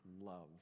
love